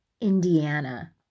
Indiana